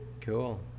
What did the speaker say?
Cool